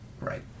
right